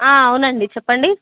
అవునండి చెప్పండి